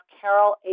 Carol